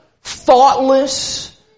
thoughtless